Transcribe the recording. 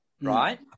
right